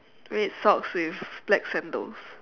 red socks with black sandals